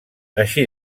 així